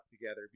together